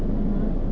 mm